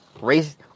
race